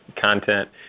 content –